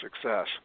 success